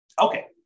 Okay